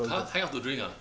!huh! hang out to drink ah